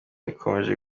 ikomeje